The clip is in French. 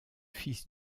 fils